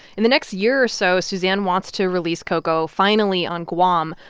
in the next year or so, suzanne wants to release ko'ko' finally on guam.